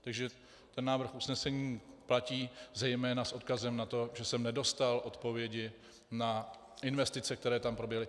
Takže návrh usnesení platí zejména s odkazem na to, že jsem nedostal odpovědi na investice, které tam proběhly.